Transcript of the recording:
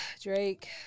Drake